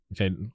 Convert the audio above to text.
Okay